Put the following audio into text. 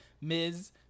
Ms